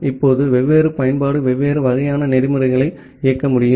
இப்போது வெவ்வேறு பயன்பாடு வெவ்வேறு வகையான புரோட்டோகால்களை இயக்க முடியும்